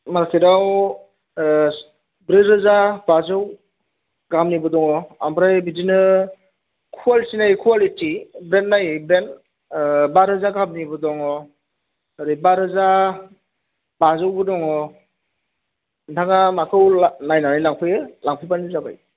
मार्केटआव ब्रैरोजा बाजौ गाहामनिबो दङ ओमफ्राय बिदिनो क्वालिटि नायै क्वालिटि ब्रेन्ड नायै ब्रेन्ड बारोजा गाहामनिबो दङ ओरै बारोजा बाजौबो दङ नोंथाङा माखौ नायनानै लांफैयो लांफैबानो जाबाय